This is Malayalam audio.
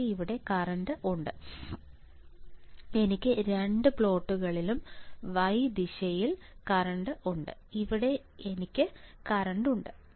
എനിക്ക് ഇവിടെ കറന്റ് ഉണ്ട് എനിക്ക് രണ്ട് പ്ലോട്ടുകളിലും y ദിശയിൽ കറന്റ് ഉണ്ട് ഇവിടെ എനിക്ക് കറന്റ് ഉണ്ട്